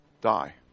Die